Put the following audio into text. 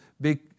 big